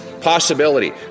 possibility